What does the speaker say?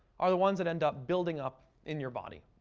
are the ones that end up building up in your body,